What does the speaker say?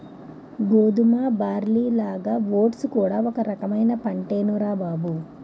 గోధుమ, బార్లీలాగా ఓట్స్ కూడా ఒక రకమైన పంటేనురా బాబూ